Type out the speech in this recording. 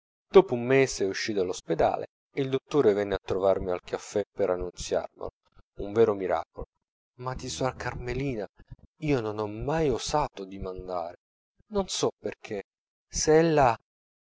dopo un mese uscì dallo spedale e il dottore venne a trovarmi al caffè per annunziarmelo un vero miracolo ma di suor carmelina io non ho mai osato dimandare non so perchè se ella